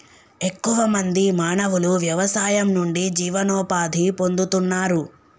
ఎక్కువ మంది మానవులు వ్యవసాయం నుండి జీవనోపాధి పొందుతున్నారు